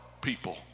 people